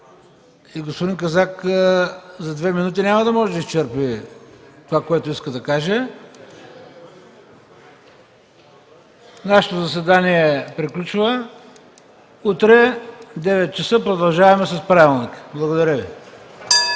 господин Казак няма да може да изчерпи това, което иска да каже, нашето заседание приключва. Утре в 9,00 ч. продължаваме с Правилника. Благодаря Ви.